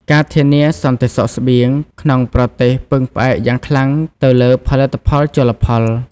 ការធានា សន្តិសុខស្បៀង ក្នុងប្រទេសពឹងផ្អែកយ៉ាងខ្លាំងទៅលើផលិតផលជលផល។